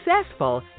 successful